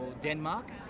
Denmark